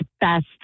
best